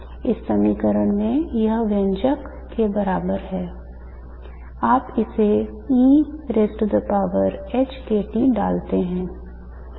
इस समीकरण में यह व्यंजक के बराबर है आप इसे डालते हैं